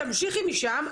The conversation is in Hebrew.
תמשיכי משם.